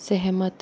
सहमत